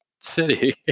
city